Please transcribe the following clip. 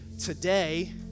today